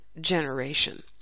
generation